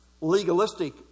legalistic